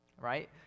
right